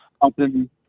often